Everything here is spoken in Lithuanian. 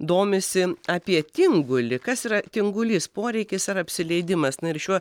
domisi apie tingulį kas yra tingulys poreikis ar apsileidimas na ir šiuo